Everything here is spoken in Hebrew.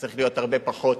צריך להיות הרבה פחות,